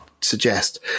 suggest